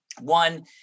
one